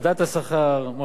מבטיח את הפנסיה,